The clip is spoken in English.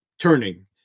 turning